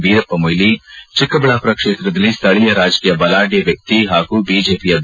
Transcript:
ವೀರಪ್ಪ ಮೊಯ್ಲಿ ಚಿಕ್ಕಬಳ್ಳಾಪುರ ಕ್ಷೇತ್ರದಲ್ಲಿ ಸ್ವೀಯ ರಾಜಕೀಯ ಬಲಾಢ್ವ ವ್ವಕ್ತಿ ಹಾಗೂ ಬಿಜೆಪಿಯ ಬಿ